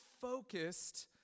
focused